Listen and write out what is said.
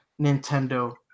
Nintendo